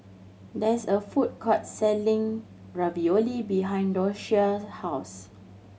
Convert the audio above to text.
there is a food court selling Ravioli behind Docia's house